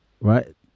right